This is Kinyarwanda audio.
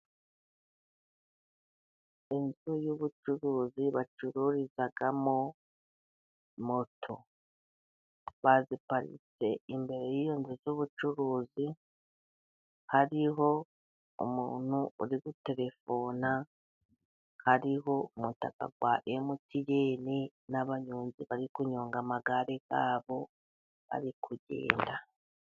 Inzu y'ubucuruzi bacururizamo. Moto baziparitse imbere y' izo nzu z' ubucuruzi, hariho umuntu uri guterefona, hariho umutaka wa MTN, n'abanyonzi bari kunyonga amagare yabo, bari kugenda.